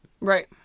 Right